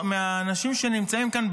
מהאנשים שנמצאים כאן,